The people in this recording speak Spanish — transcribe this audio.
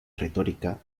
retórica